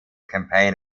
campaign